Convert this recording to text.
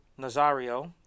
Nazario